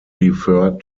referred